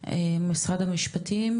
ממשרד המשפטים,